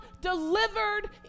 delivered